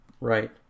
Right